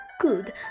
good